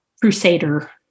crusader